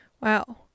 Wow